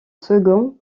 second